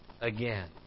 again